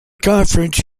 conference